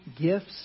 gifts